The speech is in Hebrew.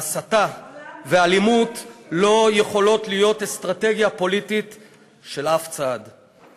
כי יצחק רבין הוא שאמר: השלום ייכון כאשר